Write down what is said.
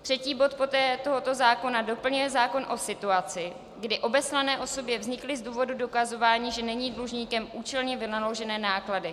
Třetí bod tohoto zákona doplňuje zákon o situaci, kdy obeslané osobě vznikly z důvodu dokazování, že není dlužníkem, účelně vynaložené náklady.